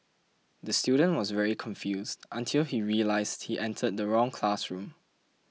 the student was very confused until he realised he entered the wrong classroom